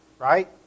Right